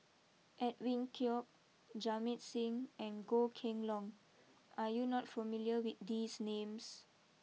Edwin Koek Jamit Singh and Goh Kheng long are you not familiar with these names